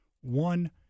One